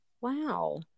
Wow